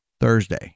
Thursday